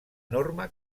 norma